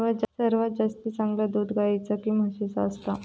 सर्वात जास्ती चांगला दूध गाईचा की म्हशीचा असता?